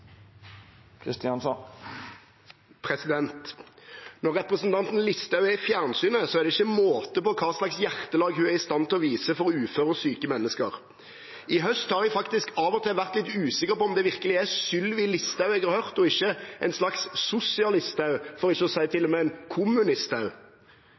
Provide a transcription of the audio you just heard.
fjernsynet, er det ikke måte på hva slags hjertelag hun er i stand til å vise for uføre og syke mennesker. I høst har jeg faktisk av og til vært litt usikker på om det virkelig er Sylvi Listhaug jeg har hørt, og ikke en slags sosialist-haug, for ikke å si til